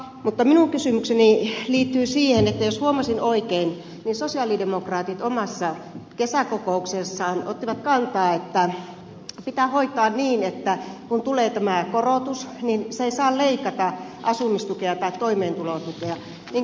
mutta minun kysymykseni liittyy siihen että jos huomasin oikein niin sosialidemokraatit omassa kesäkokouksessaan ottivat kantaa että pitää hoitaa niin että kun tulee tämä korotus niin se ei saa leikata asumistukea tai toimeentulotukea